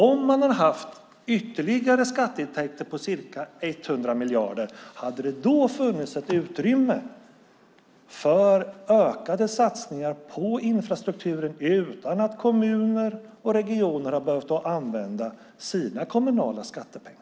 Om man hade haft ytterligare skatteintäkter på ca 100 miljarder, hade det då funnits ett utrymme för ökade satsningar på infrastrukturen utan att kommuner och regioner hade behövt använda sina skattepengar?